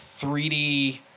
3D